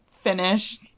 finish